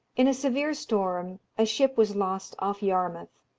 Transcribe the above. in a severe storm, a ship was lost off yarmouth,